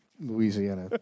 Louisiana